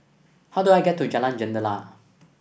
how do I get to Jalan Jendela